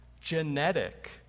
genetic